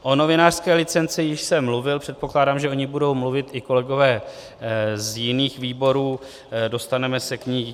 O novinářské licenci jsem již mluvil, předpokládám, že o ní budou mluvit i kolegové z jiných výborů, dostaneme se k ní.